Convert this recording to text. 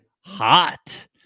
hot